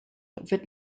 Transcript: wird